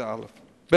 ב.